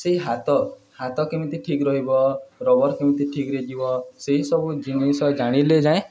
ସେଇ ହାତ ହାତ କେମିତି ଠିକ ରହିବ ରବର କେମିତି ଠିକରେ ଯିବ ସେଇସବୁ ଜିନିଷ ଜାଣିଲେ ଯାଏଁ